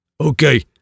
Okay